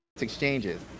exchanges